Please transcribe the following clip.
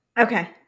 Okay